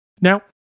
Now